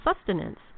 sustenance